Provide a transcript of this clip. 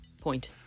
point